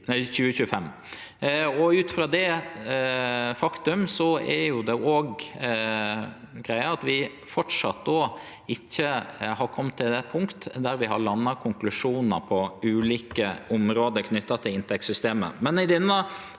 Ut frå det faktum er greia òg at vi framleis ikkje har kome til det punkt at vi har landa konklusjonar på ulike område knytt til inntektssystemet,